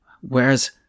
Whereas